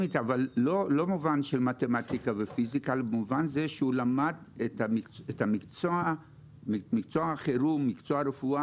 ושהם לא יישחקו וכדי שהם באמת יישארו במקצוע ולא יברחו,